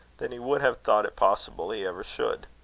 than he would have thought it possible he ever should.